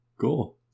cool